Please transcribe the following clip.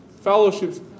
fellowships